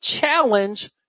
challenge